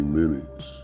minutes